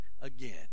again